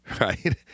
right